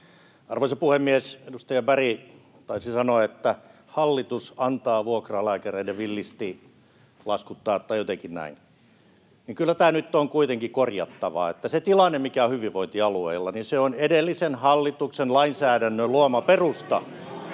Arvoisa puhemies! Edustaja Berg taisi sanoa, että hallitus antaa vuokralääkäreiden villisti laskuttaa tai jotenkin näin. [Juho Eerola: Mellastaa!] Kyllä nyt on kuitenkin korjattava, että se tilanne, mikä hyvinvointialueilla on, on edellisen hallituksen lainsäädännön luoma perusta,